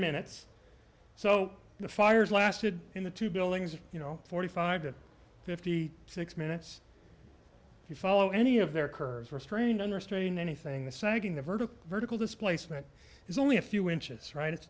minutes so the fires lasted in the two buildings you know forty five to fifty six minutes if you follow any of their curves restrained unrestrained anything the sagging the verge of vertical displacement is only a few inches right it's